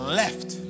left